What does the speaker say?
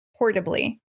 portably